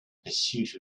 pursuit